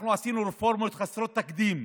אנחנו עשינו רפורמות חסרות תקדים,